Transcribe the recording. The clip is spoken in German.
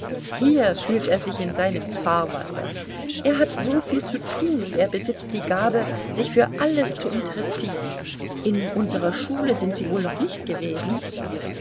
hier fühlt er sich in seinem fahrwasser er hat soviel zu tun und er besitzt die gabe sich für alles zu interessieren in unserer schule sind sie wohl noch nicht gewesen